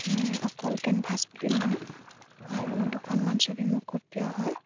অকল কেনভাছ বুলি নহয় আৰু দুখনমান ছবি মোৰ খুব প্ৰিয় হয়